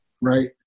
right